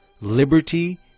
liberty